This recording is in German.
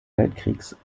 weltkriegs